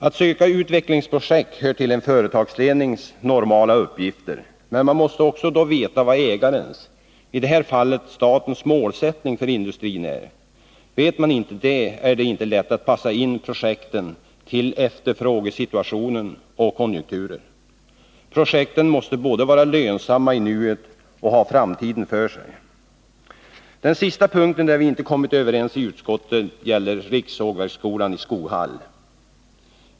Att söka utvecklingsprojekt hör till en företagslednings normala uppgifter, men man måste då också veta vad ägarens — i det här fallet statens — målsättning för industrin är. Vet man inte det är det inte lätt att passa in 141 projekten till efterfrågesituation och konjunkturer. Projekten måste både vara lönsamma i nuet och ha framtiden för sig. Den sista punkten där vi inte kommit överens i utskottet gäller rikssågverksskolan i Skoghall.